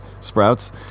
Sprouts